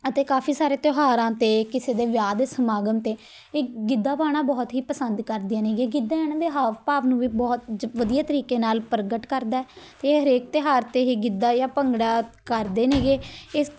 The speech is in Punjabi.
ਅਤੇ ਕਾਫੀ ਸਾਰੇ ਤਿਉਹਾਰਾਂ 'ਤੇ ਕਿਸੇ ਦੇ ਵਿਆਹ ਦੇ ਸਮਾਗਮ 'ਤੇ ਇਹ ਗਿੱਧਾ ਪਾਉਣਾ ਬਹੁਤ ਹੀ ਪਸੰਦ ਕਰਦੇ ਨੇਗੇ ਗਿੱਧਾ ਇਹਨਾਂ ਦੇ ਹਾਵ ਭਾਵ ਨੂੰ ਵੀ ਬਹੁਤ ਜ ਵਧੀਆ ਤਰੀਕੇ ਨਾਲ ਪ੍ਰਗਟ ਕਰਦਾ ਇਹ ਹਰੇਕ ਤਿਉਹਾਰ 'ਤੇ ਇਹ ਗਿੱਧਾ ਜਾਂ ਭੰਗੜਾ ਕਰਦੇ ਨੇਗੇ ਏ